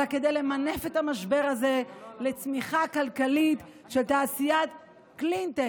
אלא כדי למנף את המשבר הזה לצמיחה כלכלית של תעשיית קלינטק,